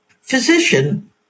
physician